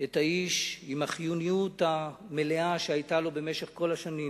את האיש עם החיוניות המלאה שהיתה לו במשך כל השנים,